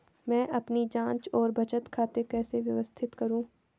मैं अपनी जांच और बचत खाते कैसे व्यवस्थित करूँ?